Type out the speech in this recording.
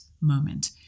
moment